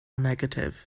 negatif